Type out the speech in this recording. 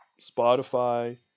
Spotify